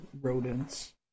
rodents